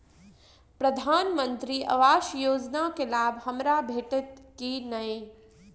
प्रधानमंत्री आवास योजना केँ लाभ हमरा भेटतय की नहि?